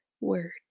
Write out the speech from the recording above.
words